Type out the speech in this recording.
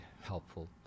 helpful